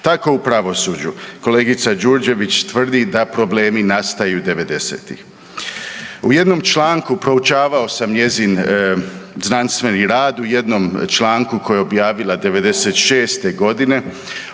Tako u pravosuđu, kolegica Đurđević tvrdi da problemi nastaju 90-ih. U jednom članku proučavaju sam njezin znanstveni rad, u jednom članku koji je objavila '96. g. Ona